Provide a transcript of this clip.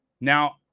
Now